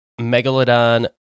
megalodon